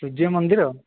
ସୂର୍ଯ୍ୟ ମନ୍ଦିର